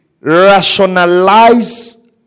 rationalize